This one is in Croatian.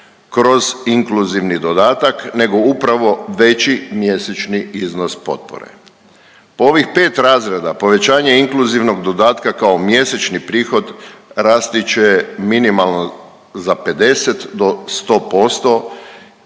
kroz inkluzivni dodatak nego upravo veći mjesečni iznos potpore. Po ovih 5 razreda povećanje inkluzivnog dodatka kao mjesečni prihod rasti će minimalno za 50 do 100%